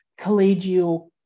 collegial